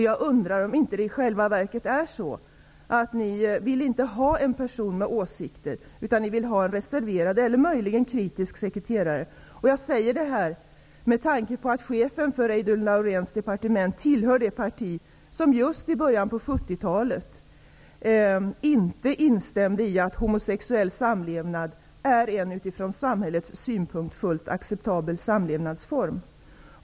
Jag undrar om det i själva verket inte är så att ni inte vill ha en person med åsikter, utan ni vill ha en reserverad eller en möjligen kritisk sekreterare. Jag säger detta med tanke på att chefen för statsrådet Reidunn Lauréns departement tillhör det parti som just i början av 70-talet inte instämde i att homosexuell samlevnad är en utifrån samhällets synpunkt fullt acceptabel samlevnadsform.